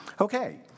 okay